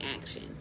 action